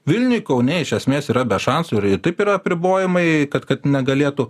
vilniuj kaune iš esmės yra be šansų ir taip yra apribojimai kad kad negalėtų